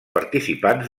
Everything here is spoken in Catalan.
participants